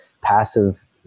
passive